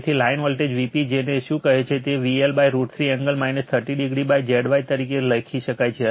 તેથી line voltage Vp જેને શું કહે છે તેને VL√ 3 એંગલ 30oZy તરીકે લખી શકાય છે